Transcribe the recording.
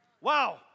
Wow